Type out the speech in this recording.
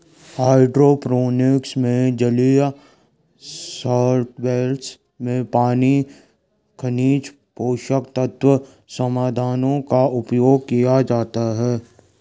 hydroponics में जलीय solvents में पानी खनिज पोषक तत्व समाधानों का उपयोग किया जाता है